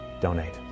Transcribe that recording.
donate